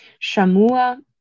Shamua